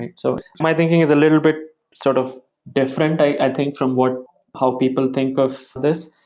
and so my thinking is a little bit sort of different, i think from what how people think of this.